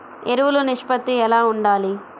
ఎరువులు నిష్పత్తి ఎలా ఉండాలి?